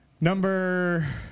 Number